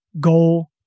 goal